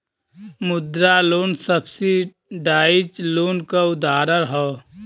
मुद्रा loan subsidise loan क उदाहरण हौ